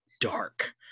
dark